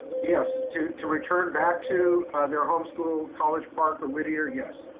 yes, to to return back to their home school college park or whittier, yes.